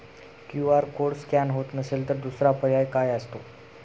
QR code scan होत नसेल तर दुसरा पर्याय काय असतो?